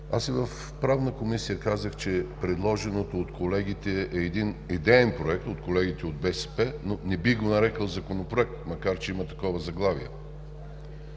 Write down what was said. Аз и в Правна комисия казах, че предложеното от колегите е един идеен проект – от колегите от БСП, но не бих го нарекъл Законопроект, макар че има такова заглавие.